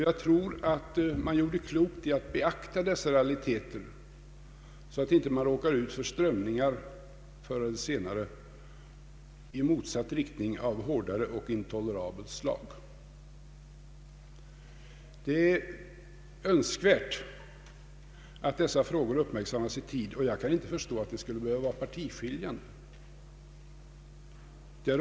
Jag tror att man gör klokt i att beakta dessa realiteter så att man inte råkar ut för strömningar förr eller senare i motsatt riktning av hårdare och intolerabelt slag. Det är önskvärt att dessa frågor uppmärksammas i tid, och jag kan inte förstå att de skall behöva vara partiskiljande.